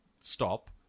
stop